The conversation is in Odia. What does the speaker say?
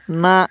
ନା